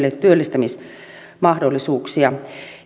työllistämismahdollisuuksia